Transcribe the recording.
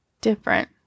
different